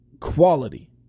quality